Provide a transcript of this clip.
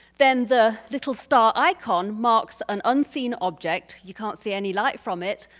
then the little star icon marks and unseen object, you can't see any light from it.